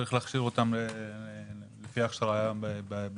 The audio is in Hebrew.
צריך להכשיר אותם ולקלוט אותם במערכת.